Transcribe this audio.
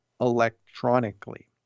electronically